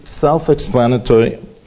self-explanatory